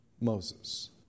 Moses